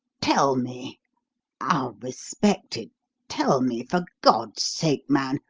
tell me i'll respect it tell me, for god's sake, man,